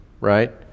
right